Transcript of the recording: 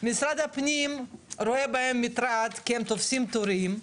משרד הפנים רואה בהם מטרד כי הם תופסים תורים,